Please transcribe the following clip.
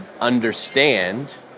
understand